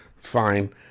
fine